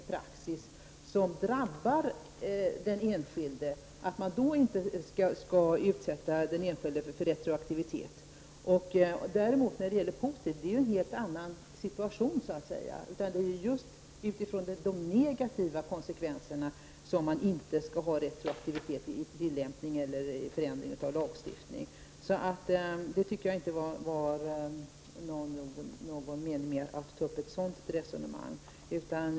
I sådana fall skall man inte utsätta den enskilde för retroaktivitet. Däremot när retroaktiviteten får positiva effekter blir situationen en helt annan. Det är just utifrån de negativa konsekven serna som man inte skall ha retroaktivitet i tillämpning eller vid förändring av lagstiftning. Jag tycker alltså inte att det var någon mening med att föra ett sådant resonemang.